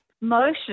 motion